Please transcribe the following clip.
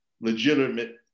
legitimate